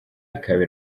ikaba